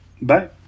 bye